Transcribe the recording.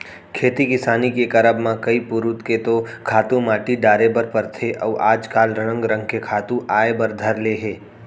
खेती किसानी के करब म कई पुरूत के तो खातू माटी डारे बर परथे अउ आज काल रंग रंग के खातू आय बर धर ले हे